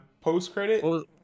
post-credit